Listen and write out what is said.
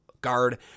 guard